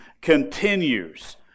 continues